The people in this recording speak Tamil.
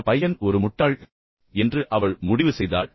இந்த பையன் உண்மையிலேயே முட்டாள் என்று அவள் முடிவு செய்தாள்